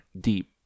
deep